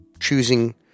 choosing